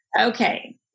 Okay